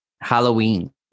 Halloween